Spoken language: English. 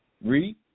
Read